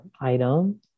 item